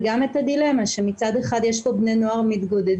וגם את הדילמה שמצד אחד יש פה בני נוער מתגודדים,